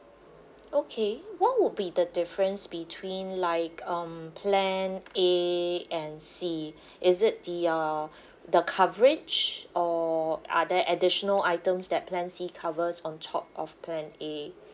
okay what would be the difference between like um plan A and C is it the uh the coverage or other additional items that plan C covers on top of plan A